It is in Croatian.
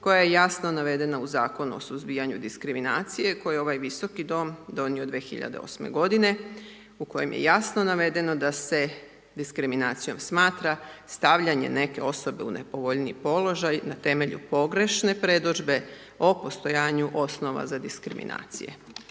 koja je jasno navedena u Zakonu o suzbijanju diskriminacije koji je ovaj visoki dom donio 2008. u kojem je jasno navedeno da se diskriminacijom smatra stavljanje neke osobe u nepovoljniji položaj na temelju pogrešne predodžbe o postojanju osnova za diskriminacije,